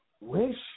wish